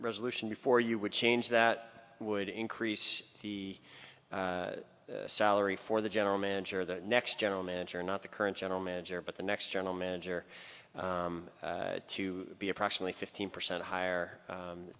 resolution before you would change that would increase the salary for the general manager the next general manager not the current general manager but the next general manager to be approximately fifteen percent higher